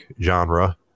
genre